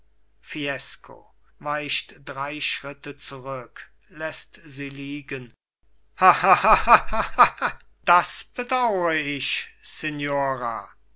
fiesco weicht drei schritte zurück läßt sie liegen und lacht triumphierend auf das bedaur ich signora